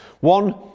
One